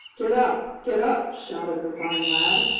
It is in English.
get up! get up! shouted the fine lad.